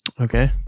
Okay